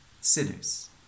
sinners